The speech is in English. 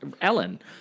Ellen